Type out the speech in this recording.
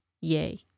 Yay